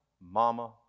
mama